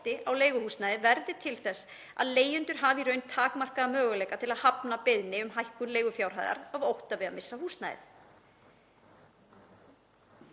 á leiguhúsnæði verði til þess að leigjendur hafi í raun takmarkaða möguleika til að hafna beiðni um hækkun leigufjárhæðar af ótta við að missa húsnæðið.“